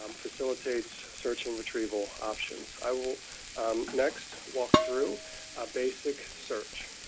um facilitates search and retrieval options. i will next walk through a basic search.